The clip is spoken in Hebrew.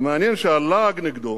מעניין שהלעג נגדו